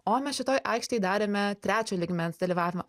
o mes šitoj aikštėj darėme trečio lygmens dalyvavimą